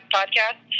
podcast